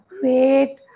great